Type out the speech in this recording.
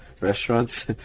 restaurants